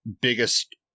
biggest